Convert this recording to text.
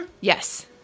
Yes